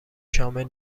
شامل